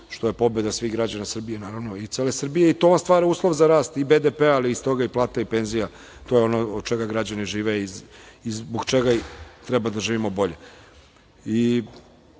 što je pobeda svih građana Srbije naravno i cele Srbije. To vam stvara uslov za rast i BDP-a, ali iz toga i plata i penzija. To je ono od čega građani žive i zbog čega treba da živimo bolje.